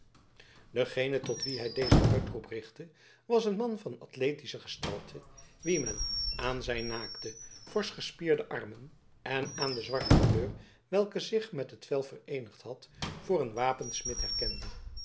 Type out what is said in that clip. degene tot wien hij dezen uitroep richtte was een man van athlethische gestalte wien men aan zijn naakte forsch gespierde armen en aan de zwarte kleur welke zich met het vel vereenigd had voor een wapensmid herkende